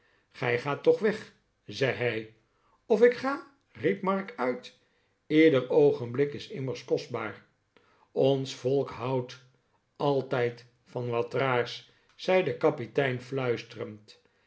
gij gaat toch weg zei hij of ik ga riep mark uit ieder oogenblik is immers kostbaar f ons volk houdt altijd van wat raars zei de kapitein fluisterend